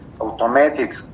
automatic